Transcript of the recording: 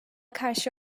karşı